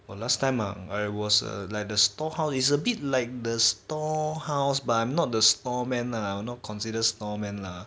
!wah! last time ah I was like the store how~ is a bit like the store house but not the store man lah not consider store man lah